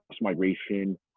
migration